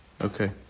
Okay